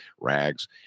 rags